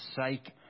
sake